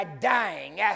Dying